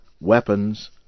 weapons